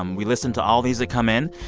um we listen to all these that come in.